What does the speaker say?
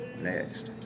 next